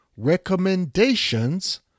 Recommendations